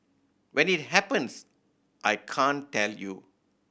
when it happens I can't tell you